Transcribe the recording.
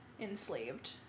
enslaved